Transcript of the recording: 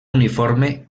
uniforme